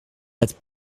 het